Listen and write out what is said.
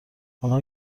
آنها